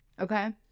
okay